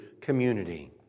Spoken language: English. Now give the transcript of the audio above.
community